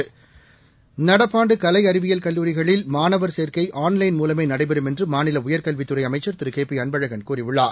தமிழகத்தில் நடப்பு ஆண்டு கலை அறிவியல் கல்லூரிகளில் மாணவர் சேர்க்கை ஆன்லைன் மூலமே நடைபெறும் என்று மாநில உயர்கல்வித்துறை அமைச்சர் திரு கே பி அன்பழகன் கூறியுள்ளார்